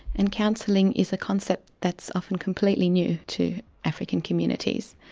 and counselling is a concept that's often completely new to african communities.